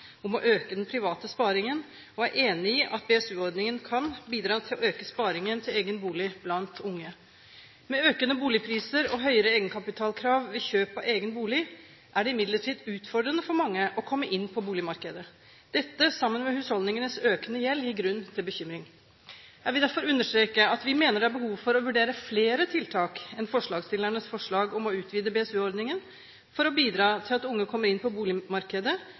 om å øke den private sparingen og er enig i at BSU-ordningen kan bidra til å øke sparingen til egen bolig blant unge. Med økende boligpriser og høyere egenkapitalkrav ved kjøp av egen bolig er det imidlertid utfordrende for mange å komme inn på boligmarkedet. Dette sammen med husholdningenes økende gjeld gir grunn til bekymring. Jeg vil derfor understreke at vi mener det er behov for å vurdere flere tiltak enn forslagsstillernes forslag om å utvide BSU-ordningen for å bidra til at unge kommer inn på boligmarkedet,